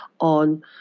on